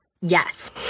yes